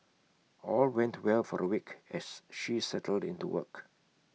all went well for A week as she settled into work